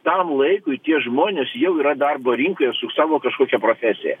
tam laikui tie žmonės jau yra darbo rinkoje su savo kažkokia profesija